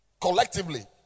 collectively